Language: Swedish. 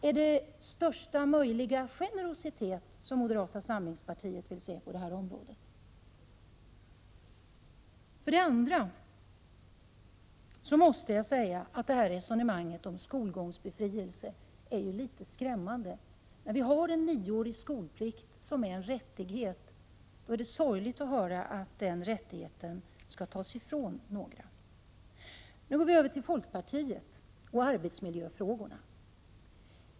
Är det största möjliga generositet som moderata samlingspartiet vill se på detta område? Resonemanget om skolgångsbefrielse är litet skrämmande. Vi har en nioårig skolplikt som är en rättighet. Det är då sorgligt att höra att den rättigheten skall tas ifrån några. Nu skall jag gå över till folkpartiet och arbetsmiljöfrågorna.